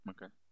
Okay